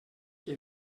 que